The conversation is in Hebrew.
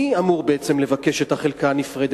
מי אמור בעצם לבקש את החלקה הנפרדת,